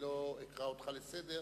ולא אקרא אותך לסדר,